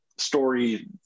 story